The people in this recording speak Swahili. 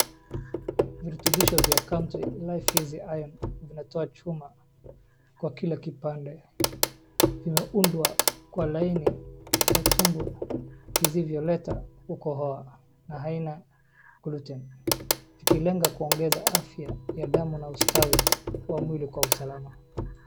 Virutubisho vya Country Life easy iron vinatoa chuma kwa kila kipande. Vimeundwa kwa laini kwa tumbo visivyoleta kukohoa ya aina gluten vikiendanga kuongeza afya ya damu na ustawi wa mwili kwa usalama.